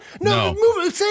No